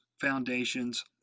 foundations